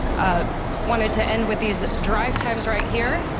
ah wanted to end with these drive times right here.